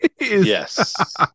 yes